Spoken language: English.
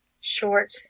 Short